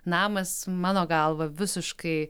namas mano galva visiškai